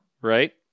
right